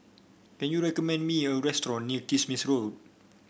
can you recommend me a restaurant near Kismis Road